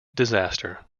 disaster